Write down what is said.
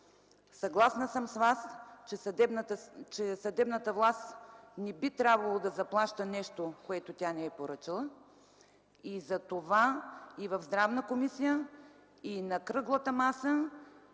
Съгласна съм с Вас, че съдебната власт не би трябвало да заплаща нещо, което тя не е поръчала. Затова и в Здравната комисия, и на кръглата маса,